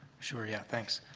sure, yeah. thanks.